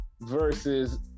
versus